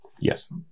Yes